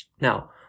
Now